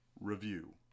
Review